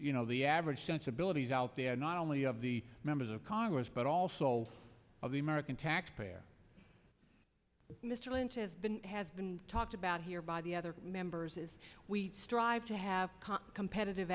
to the average sensibilities out there not only of the members of congress but also of the american taxpayer mr lynch has been has been talked about here by the other members is we strive to have competitive